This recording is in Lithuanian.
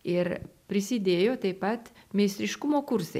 ir prisidėjo taip pat meistriškumo kursai